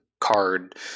card